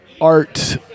art